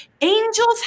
Angels